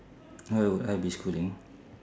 oh I be schooling